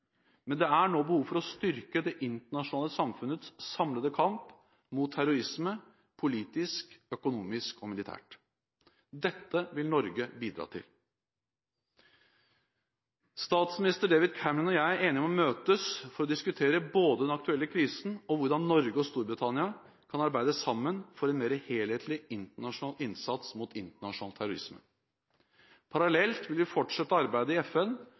Men det er nå behov for å styrke det internasjonale samfunnets samlede kamp mot terrorisme – politisk, økonomisk og militært. Dette vil Norge bidra til. Statsminister David Cameron og jeg er enige om å møtes for å diskutere både den aktuelle krisen og hvordan Norge og Storbritannia kan arbeide sammen for en mer helhetlig internasjonal innsats mot internasjonal terrorisme. Parallelt vil vi fortsette arbeidet i FN